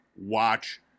watch